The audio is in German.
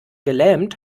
gelähmt